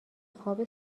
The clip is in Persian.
خواب